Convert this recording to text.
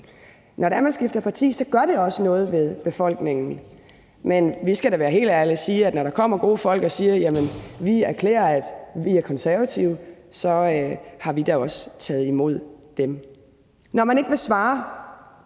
Når man skifter parti, gør det også noget ved befolkningen, men vi skal da være helt ærlige og sige, at når der kommer gode folk og siger, at de erklærer, at de er Konservative, så har vi da også taget imod dem. En grund er